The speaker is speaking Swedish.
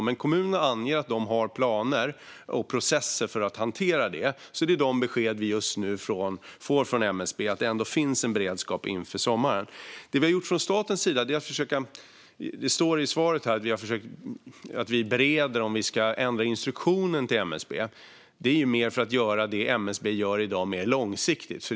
Men kommunerna anger att de har planer och processer för att hantera detta, så det besked vi just nu får från MSB är att det ändå finns en beredskap inför sommaren. Det vi gör från statens sida är, som det står i svaret, att vi bereder om vi ska ändra instruktionen till MSB. Det är mer för att göra det som MSB gör i dag mer långsiktigt.